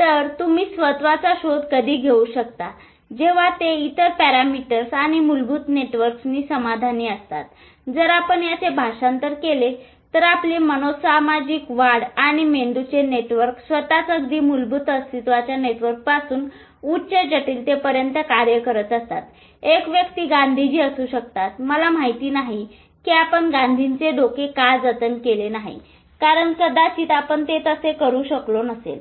तरतर तुम्ही स्वत्वाचा शोध कधी घेऊ शकता जेंव्हा ते इतर पॅरामीटर्स आणि मूलभूत नेटवर्क्स समाधानी असतात जर आपण याचे भाषांतर केले तर आपली मनोसामाजिक वाढ आणि मेंदूचे नेटवर्क स्वतःच अगदी मूलभूत अस्तित्वाच्या नेटवर्कपासून उच्च जटिलतेपर्यंत कार्य करत असतात एक व्यक्ती गांधीजी असू शकतात मला माहित नाही की आपण गांधींचे डोके का जतन केले नाही कारण कदाचित आपण तसे करू शकलो नसेल